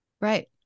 Right